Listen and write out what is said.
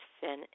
sin